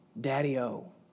Daddy-O